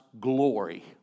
glory